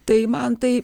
tai man tai